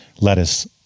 lettuce